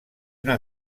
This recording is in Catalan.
una